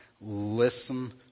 listen